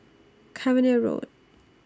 Cavenagh Road